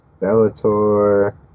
Bellator